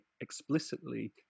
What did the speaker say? explicitly